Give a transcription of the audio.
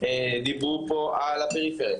דיברו פה על הפריפריה,